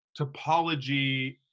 topology